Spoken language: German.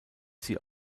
sie